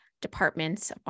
departments